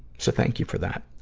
so, thank you for that.